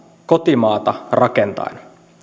kotimaata rakentaen